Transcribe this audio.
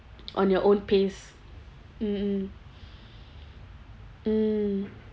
on your own pace mm mm mm